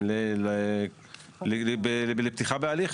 לפתיחה בהליך,